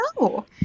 No